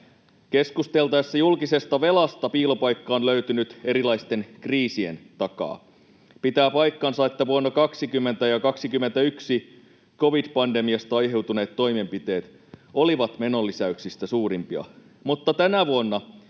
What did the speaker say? Keskusteltaessa julkisesta velasta piilopaikka on löytynyt erilaisten kriisien takaa. Pitää paikkansa, että vuosina 20 ja 21 covid-pandemiasta aiheutuneet toimenpiteet olivat menolisäyksistä suurimpia, mutta tänä vuonna